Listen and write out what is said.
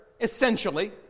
Essentially